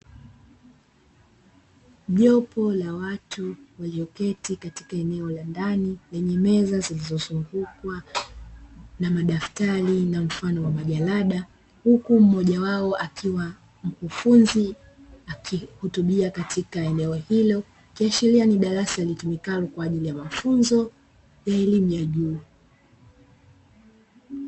Jopo la watu walioketi katika eneo la ndani lenye meza zilizozungukwa na madaftari na mfano wa majalada, huku mmoja wao akiwa mkufunzi akihutubia katika eneo hilo. Kiashiria ni darasa litumikalo kwa ajili ya mafunzo ya elimu ya juu.